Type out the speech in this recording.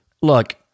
look